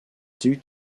due